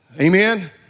amen